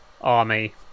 army